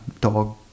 dog